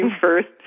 first